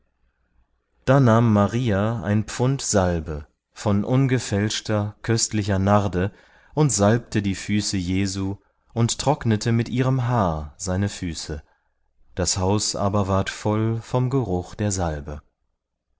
da nahm maria ein pfund salbe von ungefälschter köstlicher narde und salbte die füße jesu und trocknete mit ihrem haar seine füße das haus aber ward voll vom geruch der salbe